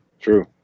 True